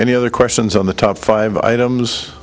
any other questions on the top five items